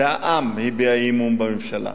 זה העם שהביע אי-אמון בממשלה.